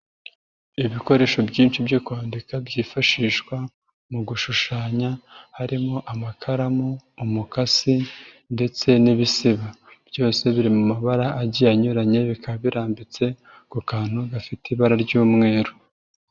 Ibikoresho byinshi byo kwandika byifashishwa mu gushushanya harimo amakaramu, umukasi ndetse n'ibisiba. Byose biri mu mabara agiye anyuranye bikaba birambitse ku kantu gafite ibara ry'umweru.